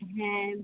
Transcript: হ্যাঁ